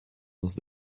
dans